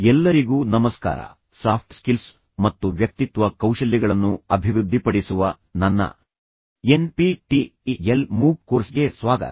ಎಲ್ಲರಿಗೂ ನಮಸ್ಕಾರ soft skills ಮತ್ತು ವ್ಯಕ್ತಿತ್ವ ಕೌಶಲ್ಯಗಳನ್ನು ಅಭಿವೃದ್ಧಿಪಡಿಸುವ ನನ್ನ N P T L MOOC ಕೋರ್ಸ್ಗೆ ಸ್ವಾಗತ